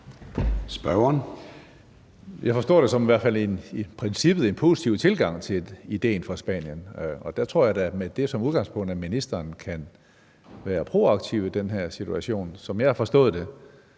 en i hvert fald i princippet positiv tilgang til idéen fra Spanien. Og der tror jeg da som udgangspunkt, at ministeren kan være proaktiv i den her situation. Som jeg har forstået det,